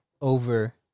over